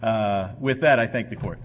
r with that i think the court